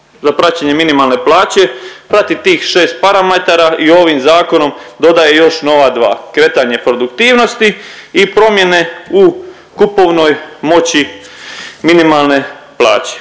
za praćenje minimalne plaće, prati tih 6 parametara i ovim zakonom dodaje još nova dva, kretanje produktivnosti i promjene u kupovnoj moći minimalne plaće.